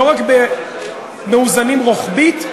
לא רק מאוזנים רוחבית,